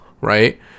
right